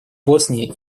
боснии